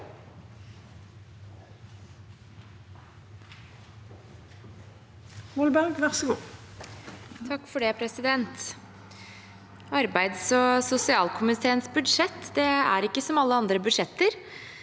Arbeids og sosial- komiteens budsjett er ikke som alle andre budsjetter.